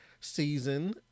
season